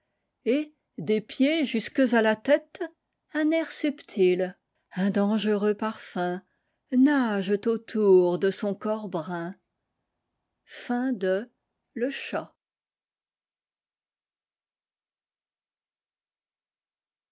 et des pieds jusques à la tête un air subtil un dangereux parfum nagent autour de son corps brun xxxvi